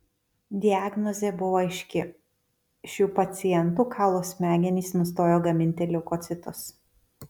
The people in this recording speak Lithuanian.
diagnozė buvo aiški šių pacientų kaulų smegenys nustojo gaminti leukocitus